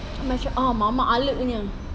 a'ah mamak punya